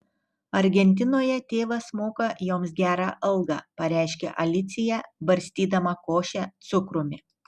argentinoje tėvas moka joms gerą algą pareiškė alicija barstydama košę cukrumi